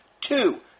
Two